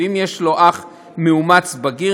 ואם יש לו אח מאומץ בגיר,